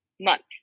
months